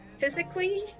Physically